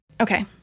okay